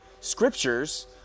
scriptures